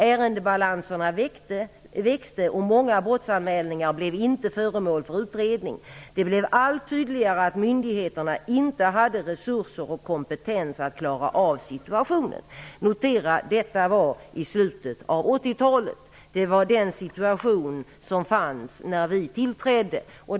Ärendebalanserna växte och många brottsanmälningar blev inte föremål för utredning. Det blev allt tydligare att myndigheterna inte hade resurser och kompetens att klara av situationen. Notera att detta var i slutet av 80-talet. Det var den situation som rådde när vi tillträdde.